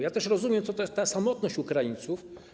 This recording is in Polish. Ja też rozumiem, czym jest ta samotność Ukraińców.